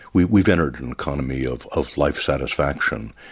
we've we've entered an economy of of life satisfaction,